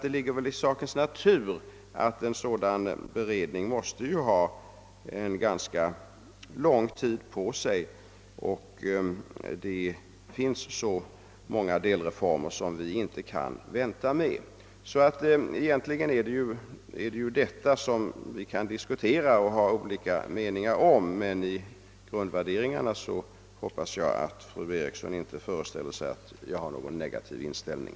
Det ligger i sakens natur att en sådan beredning måste ha ganska lång tid på sig och därför ej lämpar sig för de många delreformer som brådskar. Egentligen är det ju detta som vi kan diskutera här och ha olika meningar om, men i grundvärderingarna hoppas jag att fru Eriksson inte föreställer sig att jag har någon negativ inställning.